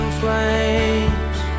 flames